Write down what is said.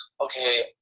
okay